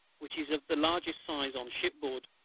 which is of the largest size on shipboard,